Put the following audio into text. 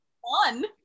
One